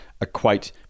equate